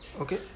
Okay